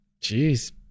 Jeez